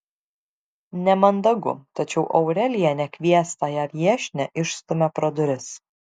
nemandagu tačiau aurelija nekviestąją viešnią išstumia pro duris